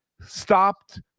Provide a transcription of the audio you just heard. stopped